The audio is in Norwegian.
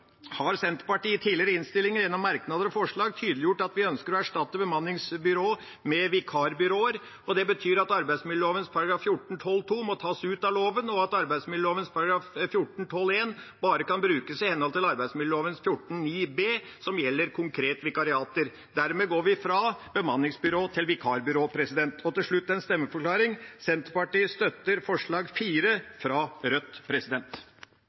har Senterpartiet i tidligere innstillinger gjennom merknader og forslag tydeliggjort at vi ønsker å erstatte bemanningsbyråer med vikarbyråer. Det betyr at arbeidsmiljøloven § 14-12 annet ledd må tas ut av loven, og at arbeidsmiljøloven § 14-12 første ledd bare kan brukes i henhold til arbeidsmiljøloven § 14-9 b, som konkret gjelder vikariater. Dermed går vi fra bemanningsbyrå til vikarbyrå. Til slutt en stemmeforklaring: Senterpartiet støtter forslag nr. 4 fra Rødt.